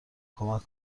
کمک